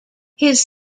his